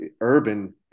Urban